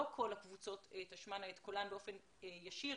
כל הקבוצות תשמענה את קולן באופן ישיר,